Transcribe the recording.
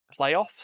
playoffs